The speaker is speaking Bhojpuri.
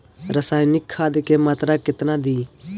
रसायनिक खाद के मात्रा केतना दी?